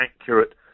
accurate